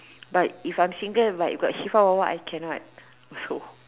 but if I'm single and like got see for !wah! !wah! I cannot so